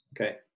Okay